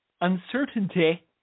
uncertainty